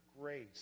grace